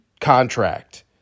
contract